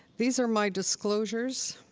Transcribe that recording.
these are my disclosures.